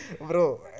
Bro